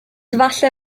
falle